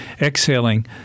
exhaling